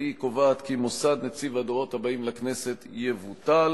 והיא קובעת כי מוסד נציב הדורות הבאים לכנסת יבוטל.